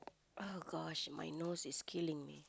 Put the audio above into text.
oh gosh my nose is killing me